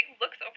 looks